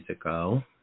ago